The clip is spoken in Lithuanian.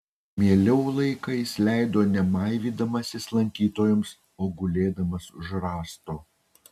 mieliau laiką jis leido ne maivydamasis lankytojams o gulėdamas už rąsto